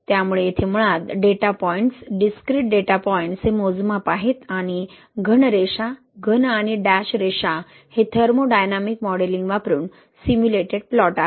त्यामुळे येथे मुळात data points discrete data points हे मोजमाप आहेत आणि घन रेषा घन आणि डॅश रेषा हे थर्मोडायनामिक मॉडेलिंग वापरून सिम्युलेटेड प्लॉट आहेत